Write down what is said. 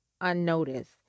unnoticed